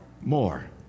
More